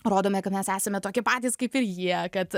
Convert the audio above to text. rodome kad mes esame tokie patys kaip ir jie kad